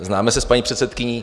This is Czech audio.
Známe se s paní předsedkyní.